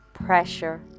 pressure